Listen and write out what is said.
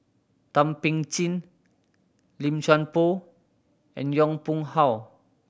Thum Ping Tjin Lim Chuan Poh and Yong Pung How